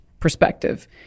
perspective